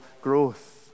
growth